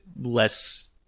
less